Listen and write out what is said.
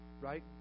Right